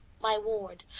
my ward,